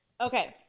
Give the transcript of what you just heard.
Okay